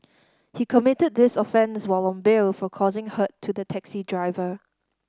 he committed this offence while on bail for causing hurt to the taxi driver